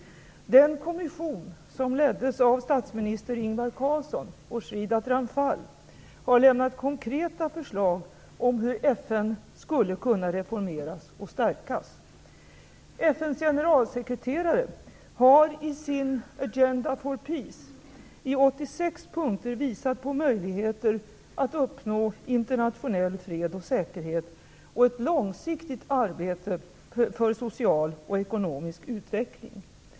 Den kommission som leddes av statsminister Ingvar Carlsson och Shridath Ramphal har lämnat konkreta förslag om hur FN skulle kunna reformeras och stärkas. FN:s generalsekreterare har i sin Agenda for Peace i 86 punkter visat på möjligheter att uppnå internationell fred och säkerhet och ett långsiktigt arbete för social och ekonomisk utveckling.